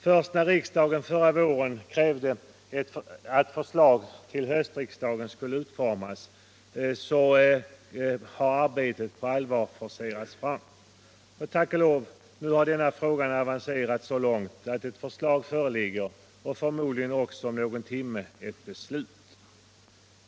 Först efter det att riksdagen förra våren krävt ett förslag till höstriksdagen har arbetet på allvar forcerats fram. Och tack och lov —- nu har denna fråga avancerat så långt att ett förslag föreligger och om någon timme förmodligen också ett beslut.